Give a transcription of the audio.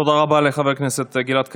תודה רבה לחבר הכנסת גלעד קריב,